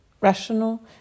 rational